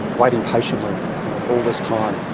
waiting patiently all this time,